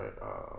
right